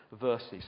verses